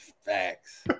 Facts